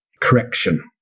correction